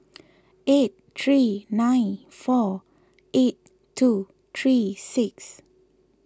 eight three nine four eight two three six